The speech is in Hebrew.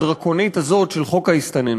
הדרקונית הזאת של חוק ההסתננות,